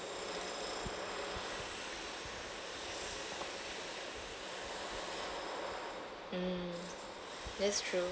mm that's true